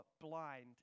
blind